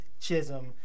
chisholm